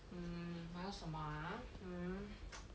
mm 还要什么 ah hmm